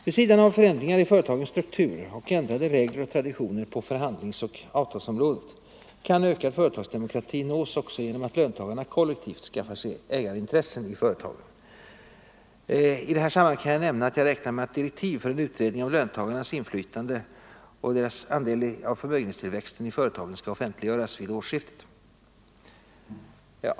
Vid sidan av förändringar i företagens struktur och ändrade regler och traditioner på förhandlingsoch avtalsområdet kan ökad företagsdemokrati nås genom att löntagarna kollektivt skaffar sig ägarintressen i företagen. Jag räknar med att direktiv för en utredning om löntagarnas inflytande och del av förmögenhetstillväxten i företagen skall offentliggöras vid årsskiftet.